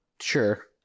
Sure